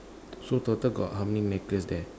so total got how many necklace there